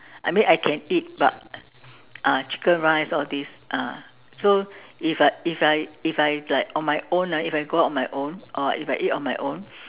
I mean I can eat but uh chicken rice all these ah so if I if I if I like on my own if I go out on my own or if I eat on my own